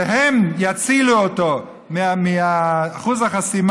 שהם יצילו אותו מאחוז החסימה,